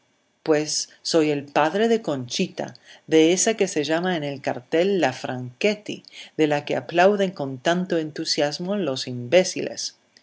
pues soy el padre de conchita de esa que se llama en el cartel la franchetti de la que aplauden con tanto entusiasmo los imbéciles qué